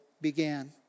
began